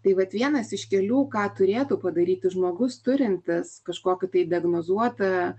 tai vat vienas iš kelių ką turėtų padaryti žmogus turintis kažkokį tai diagnozuotą